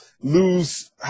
lose